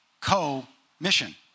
co-mission